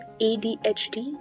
ADHD